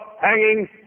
hanging